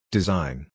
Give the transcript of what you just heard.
Design